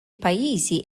pajjiżi